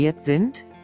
sind